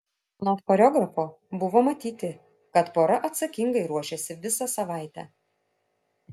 anot choreografo buvo matyti kad pora atsakingai ruošėsi visą savaitę